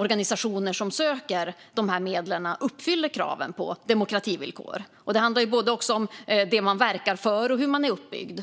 organisationer som söker medlen uppfyller kraven och demokrativillkoren. Det handlar också om det organisationen verkar för och hur den är uppbyggd.